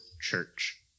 Church